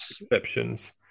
exceptions